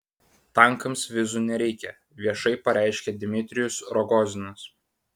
tankams vizų nereikia viešai pareiškia dmitrijus rogozinas